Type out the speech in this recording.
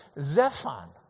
Zephon